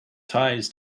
ties